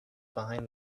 behind